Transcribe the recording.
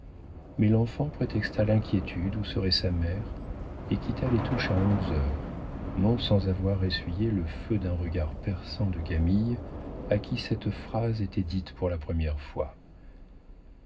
mais l'enfant prétexta l'inquiétude où serait sa mère et quitta les touches à onze heures non sans avoir essuyé le feu d'un regard perçant de camille à qui cette phrase était dite pour la première fois